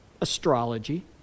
astrology